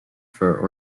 for